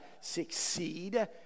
succeed